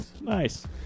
Nice